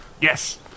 yes